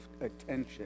attention